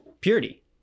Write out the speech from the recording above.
Purity